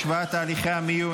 השוואת תהליכי המיון,